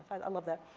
i love that.